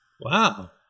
wow